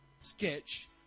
sketch